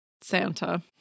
Santa